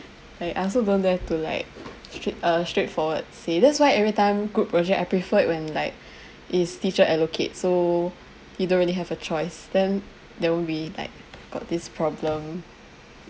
eh I also don't dare to like straight uh straightforward say that's why every time group project I prefer when like is teacher allocate so we don't really have a choice then there won't be like got this problem